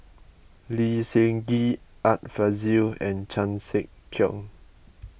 Lee Seng Gee Art Fazil and Chan Sek Keong